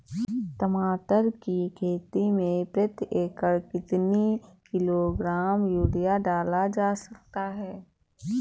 टमाटर की खेती में प्रति एकड़ कितनी किलो ग्राम यूरिया डाला जा सकता है?